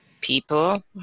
people